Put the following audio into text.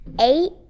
eight